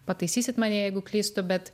pataisysit mane jeigu klystu bet